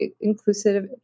inclusive